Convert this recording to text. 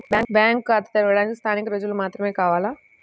Bank ఖాతా తెరవడానికి స్థానిక రుజువులు మాత్రమే కావాలా?